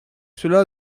cela